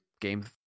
game